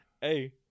hey